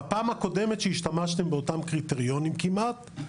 בפעם הקודמת שהשתמשתם באותם קריטריונים כמעט,